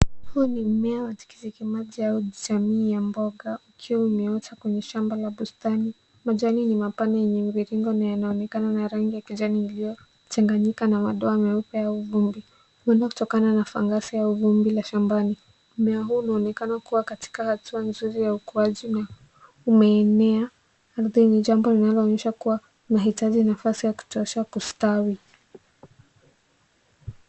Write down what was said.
Huu ni mmea wa tikiti maji au jamii ya mboga ukiwa umeota kwenye shamba la bustani. Majani ni mapana na yenye mviringo na inaonekana ikiwa na rangi ya kijani iliyochanganyika na madoa meupe au vumbi ,hunaenda kutokana na fangasi au vumbi la shambani. Mmea huu unaonekana kuwa katika hatua nzuri ya ukuaji na umeenea, hili ni jambo linaloonyesha kuwa unahitaji nafasi ya kutosha kustawi.